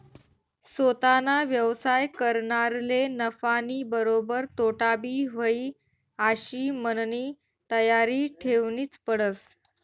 सोताना व्यवसाय करनारले नफानीबरोबर तोटाबी व्हयी आशी मननी तयारी ठेवनीच पडस